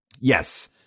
Yes